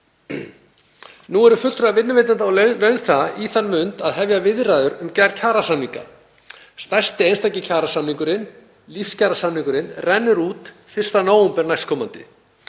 Nú eru fulltrúar vinnuveitenda og launþega í þann mund að hefja viðræður um gerð kjarasamninga. Stærsti einstaki kjarasamningurinn, lífskjarasamningurinn, rennur út 1. nóvember nk.